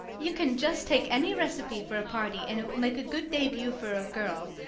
you can just take any recipe for a party and it will make a good debut for a girl,